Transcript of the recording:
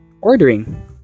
ordering